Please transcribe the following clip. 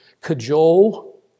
cajole